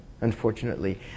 unfortunately